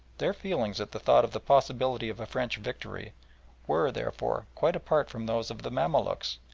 their feelings at the thought of the possibility of a french victory were, therefore, quite apart from those of the mamaluks,